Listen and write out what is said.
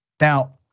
Now